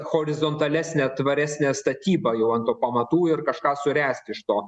horizontalesnę tvaresnę statybą jau ant pamatų ir kažką suręsti iš to